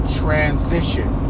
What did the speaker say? transition